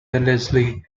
wellesley